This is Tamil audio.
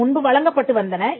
அவை முன்பு வழங்கப்பட்டு வந்தன